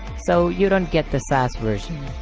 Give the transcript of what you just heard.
so you don't get the sass version.